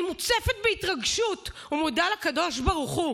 אני מוצפת בהתרגשות ומודה לקדוש ברוך הוא